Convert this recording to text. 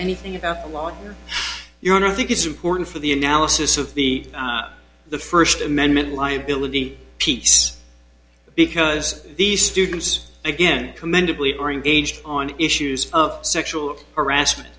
anything about the law your honor i think it's important for the analysis of the the first amendment liability piece because these students again commendably are engaged on issues of sexual harassment